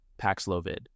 Paxlovid